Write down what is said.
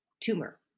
tumor